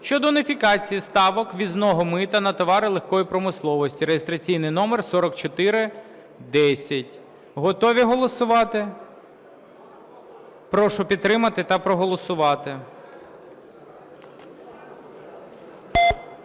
щодо уніфікації ставок ввізного мита на товари легкої промисловості (реєстраційний номер 4410). Готові голосувати? Прошу підтримати та проголосувати.